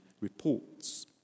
reports